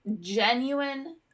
genuine